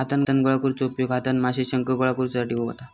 हातान गोळा करुचो उपयोग हातान माशे, शंख गोळा करुसाठी होता